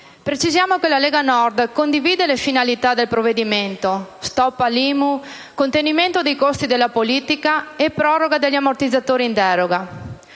Precisiamo che la Lega Nord condivide le finalità del provvedimento: *stop* all'IMU, contenimento dei costi della politica e proroga degli ammortizzatori in deroga.